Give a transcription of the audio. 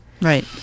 Right